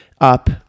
up